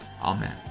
amen